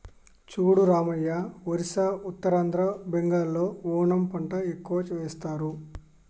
చూడు రామయ్య ఒరిస్సా ఉత్తరాంధ్ర బెంగాల్లో ఓనము పంట ఎక్కువ వేస్తారు